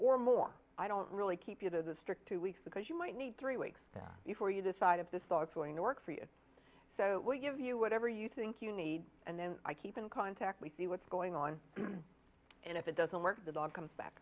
or more i don't really keep you to the strict two weeks because you might need three weeks that before you decide if this dog's going to work for you so give you whatever you think you need and then i keep in contact we see what's going on and if it doesn't work the dog comes back